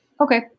Okay